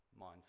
mindset